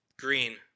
Green